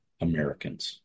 Americans